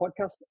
podcast